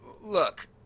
look